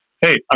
Hey